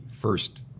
first